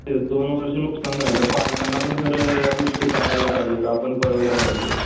ते दोन वर्षं नुकसान झालं पालकांना पण खरं या गोष्टी कळल्या पाहिजेत आपण कळवल्या पाहिजेत